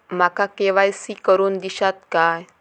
माका के.वाय.सी करून दिश्यात काय?